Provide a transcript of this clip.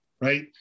right